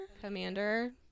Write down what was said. commander